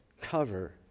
cover